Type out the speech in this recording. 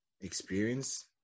experience